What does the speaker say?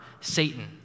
Satan